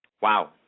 Wow